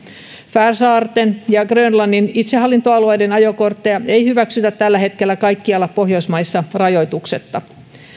färsaarten ja grönlannin itsehallintoalueiden ajokortteja ei hyväksytä tällä hetkellä kaikkialla pohjoismaissa rajoituksetta